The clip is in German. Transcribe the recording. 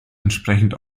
entsprechend